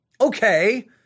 okay